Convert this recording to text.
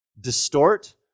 distort